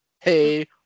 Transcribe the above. Hey